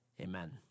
amen